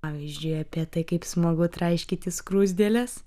pavyzdžiui apie tai kaip smagu traiškyti skruzdėles